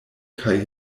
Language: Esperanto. kaj